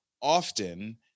Often